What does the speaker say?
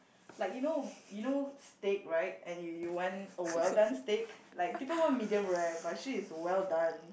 like you know you know steak right and you want a well done steak like people want medium rare but she is well done